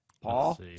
Paul